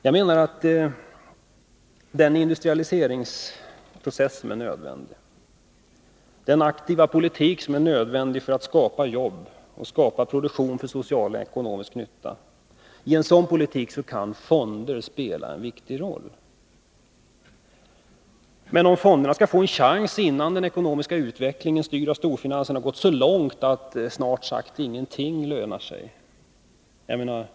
Jag menar att fonder kan spela en viktig roll i den industrialiseringsprocess och den aktiva politik som är nödvändig för att skapa jobb och produktion för social och ekonomisk nytta. Det är ganska bråttom att få fram förslag om fonder om dessa skall få en chans innan den ekonomiska utvecklingen, styrd av storfinansen, gått så långt att snart sagt ingenting lönar sig.